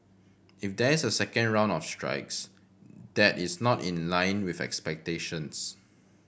if there is a second round of strikes that is not in line with expectations